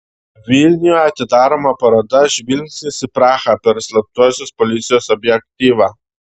vilniuje atidaroma paroda žvilgsnis į prahą per slaptosios policijos objektyvą